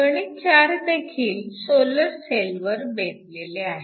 गणित 4 देखील सोलर सेलवर बेतलेले आहे